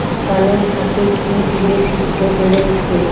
পালং শাকে কি দিলে শিঘ্র বেড়ে উঠবে?